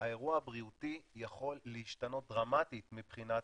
האירוע הבריאותי יכול להשתנות דרמטית מבחינת